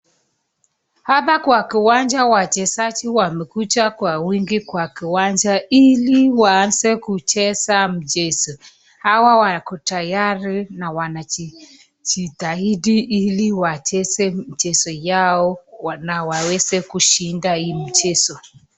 Hapa kwa kiwanja wachezaji wamekuja kwa wingi kwa kiwanja ili waanze kucheza mchezo, hawa wako tayari na wanajitahidi ili wacheze mchezo yao na waweze kushinda hii mchezo.